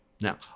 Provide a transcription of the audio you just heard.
Now